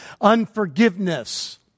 unforgiveness